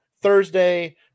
thursday